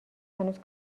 هنوز